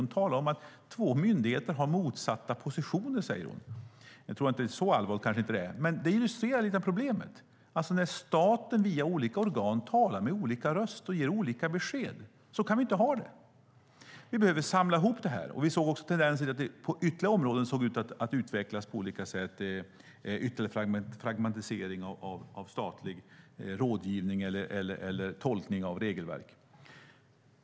Hon sade att två myndigheter har motsatta positioner. Så allvarligt tror jag inte att det är, men det illustrerar problemet: att staten via olika organ talar med olika röst och ger olika besked. Så kan vi inte ha det. Vi behöver samla ihop det. Även på andra områden såg det ut att utvecklas på olika sätt med ytterligare fragmentering av statlig rådgivning och tolkning av regelverk.